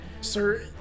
Sir